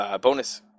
bonus